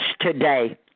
today